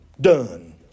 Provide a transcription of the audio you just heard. Done